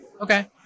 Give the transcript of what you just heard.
okay